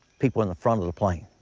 people in the front of the plane.